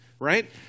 right